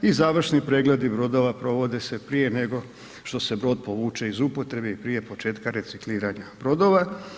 I završni pregledi brodova provode se prije nego što se brod povuće iz upotrebe i prije početka recikliranja brodova.